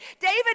David